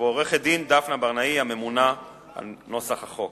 ועורכת-דין דפנה ברנאי, הממונה על נוסח החוק.